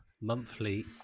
monthly